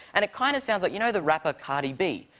and it kind of sounds like you know the rapper cardi b?